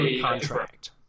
contract